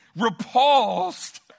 repulsed